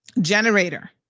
generator